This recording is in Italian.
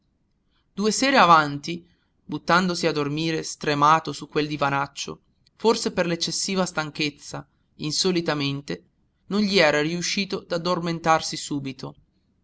due sere avanti buttandosi a dormire stremato su quel divanaccio forse per l'eccessiva stanchezza insolitamente non gli era riuscito d'addormentarsi subito